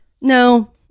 No